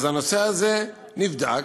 אז הנושא הזה נבדק,